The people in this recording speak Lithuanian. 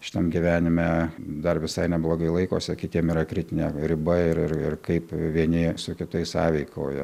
šitam gyvenime dar visai neblogai laikosi kitiem yra kritinė riba ir ir ir kaip vieni su kitais sąveikauja